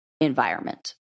environment